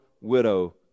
widow